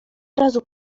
razu